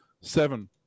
seven